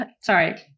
Sorry